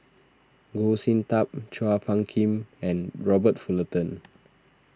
Goh Sin Tub Chua Phung Kim and Robert Fullerton